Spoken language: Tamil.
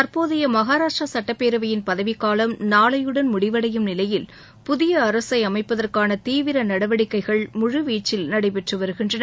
தற்போதைய மகாராஷ்டிரா சட்டப்பேரவையின் பதவிக்காலம் நாளையடன் முடவடையும் நிலையில் புதிய அரசை அமைப்பதற்கான தீவிர நடவடிக்கைகள் முழுவீச்சில் நடைபெற்று வருகின்றன